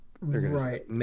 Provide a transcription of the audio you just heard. Right